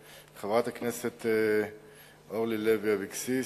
חברת הכנסת אורי לוי אבקסיס,